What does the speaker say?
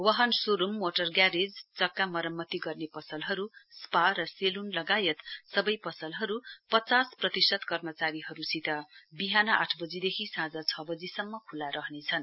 वाहन showroom motor garage चक्का मरम्मति गर्ने पसलहरू स्पा र सेलुन लगायत सबै पसलहरू पचास प्रतिशत कर्मचारीहरूसित विहान आठबजीदेखि साँझ छ बजीसम्म खुल्ला रहनेछन्